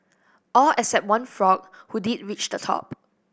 all except one frog who did reach the top